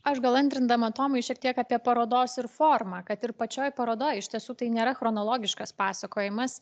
aš gal antrindama tomui šiek tiek apie parodos ir formą kad ir pačioj parodoj iš tiesų tai nėra chronologiškas pasakojimas